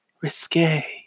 risque